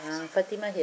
ah fatimah here